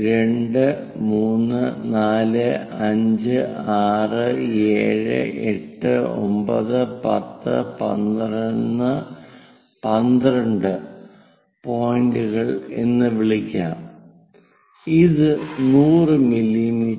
2 3 4 5 6 7 8 9 10 11 12 പോയിന്റുകൾ എന്ന് വിളിക്കാം ഇത് 100 മില്ലീമീറ്റർ